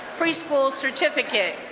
preschool certificate.